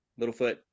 Littlefoot